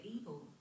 Evil